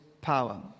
power